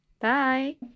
Bye